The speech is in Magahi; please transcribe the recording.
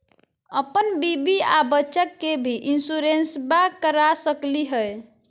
अपन बीबी आ बच्चा के भी इंसोरेंसबा करा सकली हय?